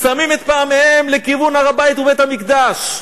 שמים את פעמיהם לכיוון הר-הבית ובית-המקדש,